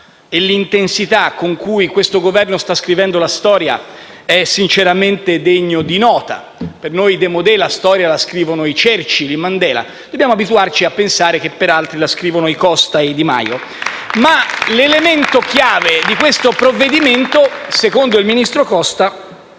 e l'intensità con cui il Governo sta scrivendo la storia sono sinceramente degne di nota, per noi *demodè*, la storia la scrivono i Churchill e i Mandela, dobbiamo abituarci a pensare che, per altri, la scrivono i Costa e Di Maio. *(Applausi dal Gruppo PD)*. L'elemento chiave di questo provvedimento, secondo il ministro Costa,